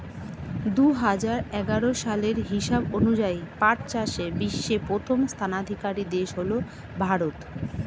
দুহাজার এগারো সালের হিসাব অনুযায়ী পাট চাষে বিশ্বে প্রথম স্থানাধিকারী দেশ হল ভারত